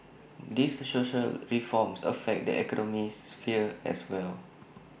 these social reforms affect the economic sphere as well